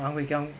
ang wei kiang